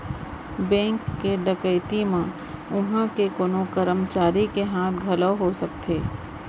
bank के डकैती म उहां के कोनो करमचारी के हाथ घलौ हो सकथे